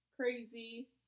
Crazy